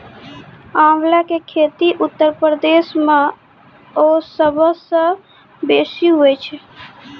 आंवला के खेती उत्तर प्रदेश मअ सबसअ बेसी हुअए छै